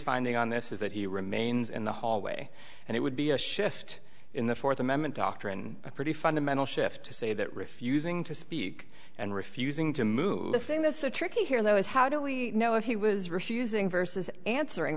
finding on this is that he remains in the hallway and it would be a shift in the fourth amendment doctrine a pretty fundamental shift to say that refusing to speak and refusing to move the thing that's a tricky here though is how do we know if he was refusing versus answering